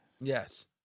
Yes